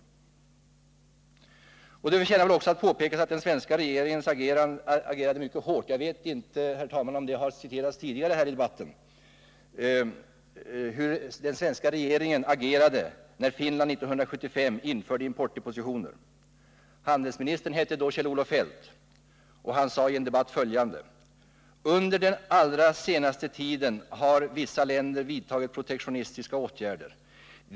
Det förtjänar väl också att påpekas att den svenska regeringen agerade mycket hårt — jag vet inte, herr talman, om det har citerats tidigare här i debatten — när Finland år 1975 införde importdepositioner. Handelsministern hette då Kjell-Olof Feldt, och han sade i en debatt följande: Under den allra senaste tiden har vissa länder vidtagit protektionistiska åtgärder.